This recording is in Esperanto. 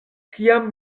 kiam